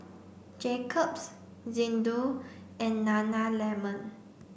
Jacob's Xndo and Nana lemon